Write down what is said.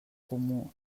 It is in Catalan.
comú